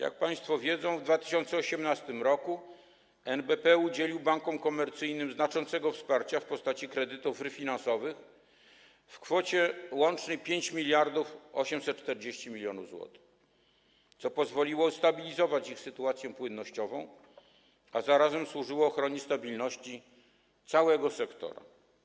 Jak państwo wiedzą, w 2018 r. NBP udzielił bankom komercyjnym znaczącego wsparcia w postaci kredytów refinansowych w łącznej kwocie 5840 mln zł, co pozwoliło ustabilizować ich sytuację płynnościową, a zarazem służyło ochronie stabilności całego sektora.